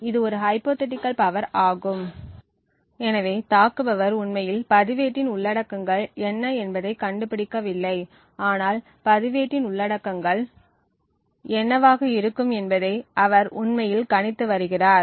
இது ஒரு ஹைப்போதீட்டிகள் பவர் ஆகும் எனவே தாக்குபவர் உண்மையில் பதிவேட்டின் உள்ளடக்கங்கள் என்ன என்பதைக் கண்டுபிடிக்கவில்லை ஆனால் பதிவேட்டின் உள்ளடக்கங்கள் என்னவாக இருக்கும் என்பதை அவர் உண்மையில் கணித்து வருகிறார்